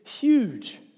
huge